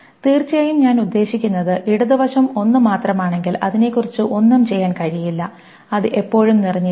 തീർച്ചയായും ഞാൻ ഉദ്ദേശിക്കുന്നത് ഇടത് വശം ഒന്നു മാത്രമാണെങ്കിൽ അതിനെക്കുറിച്ച് ഒന്നും ചെയ്യാൻ കഴിയില്ല അത് എപ്പോഴും നിറഞ്ഞിരിക്കും